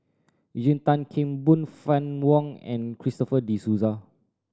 Eugene Tan Kheng Boon Fann Wong and Christopher De Souza